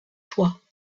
toi